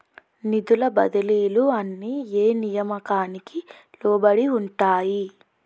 నిధుల బదిలీలు అన్ని ఏ నియామకానికి లోబడి ఉంటాయి?